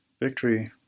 Victory